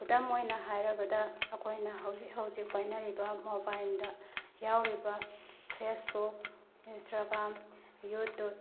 ꯈꯨꯗꯝ ꯑꯣꯏꯅ ꯍꯥꯏꯔꯕꯗ ꯑꯩꯈꯣꯏꯅ ꯍꯧꯖꯤꯛ ꯍꯧꯖꯤꯛ ꯄꯥꯏꯅꯔꯤꯕ ꯃꯣꯕꯥꯏꯟꯗ ꯌꯥꯎꯔꯤꯕ ꯐꯦꯁꯕꯨꯛ ꯏꯟꯁꯇꯒ꯭ꯔꯥꯝ ꯌꯨꯇꯨꯞ